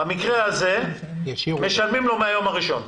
במקרה הזה, משלמים לו מהיום הראשון.